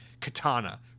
katana